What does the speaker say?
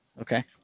Okay